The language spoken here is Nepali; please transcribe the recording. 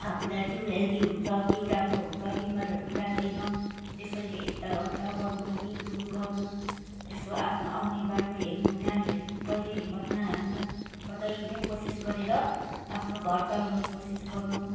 आफूलाई जिउ हेल्दी हुन्छ जिउ राम्रो हुन्छ बिमारहरू लाग्दैन त्यसैले यता उता गर्नु हिँडडुल गर्नु यसो आफ्नो आउने बाटो हेर्नु नानीहरूले पनि कहिले हिम्मत नहार्नु सधैँ नै कोसिस गरेर आफ्नो घर चलाउने कोसिस गर्नु